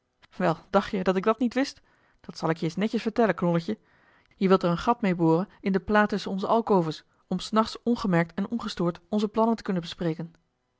dacht je dat ik dat niet wist dat zal ik je eens netjes vertellen knolletje je wilt er een gat mee boren in de plaat tusschen onze alcoves om s nachts ongemerkt en ongestoord onze plannen te kunnen bespreken